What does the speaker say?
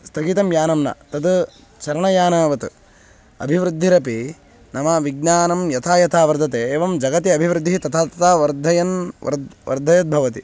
स्थगितं यानं न तद् चरणयानावत् अभिवृद्धिरपि नाम विज्ञानं यथा यथा वर्धते एवं जगति अभिवृद्धिः तथा तथा वर्धते वर्धते वर्धयद्भवति